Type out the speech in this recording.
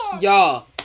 Y'all